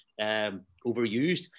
overused